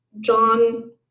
john